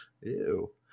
Ew